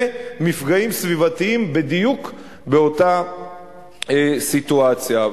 מפגעים סביבתיים בדיוק באותה סיטואציה.